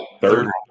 third